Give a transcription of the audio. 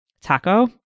taco